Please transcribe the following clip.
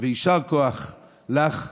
יישר כוח לך.